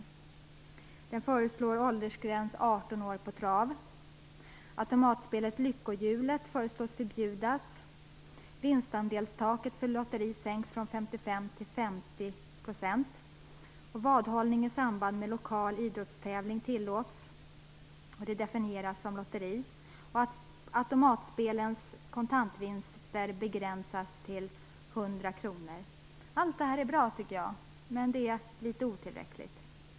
Bl.a. föreslås en åldersgräns på 18 år för trav, att automatspelet Lyckohjulet förbjuds, att vinstandelstaket för lotteri sänks från 55 till 50 %, att vadhållning i samband med lokal idrottstävling tillåts och definieras som lotteri och att automatspelens kontantvinster begränsas till 100 kr. Allt detta är bra, tycker jag. Men det är litet otillräckligt.